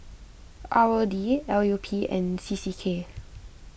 R O D L U P and C C K